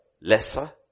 lesser